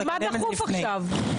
אז מה דחוף עכשיו?